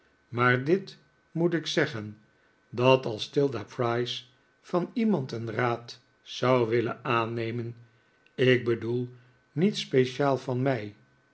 maar dit moet ik zeggen dat als tilda price van iemand een raad zou willen aannemen ik bedoel niet speciaal van mij